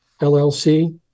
LLC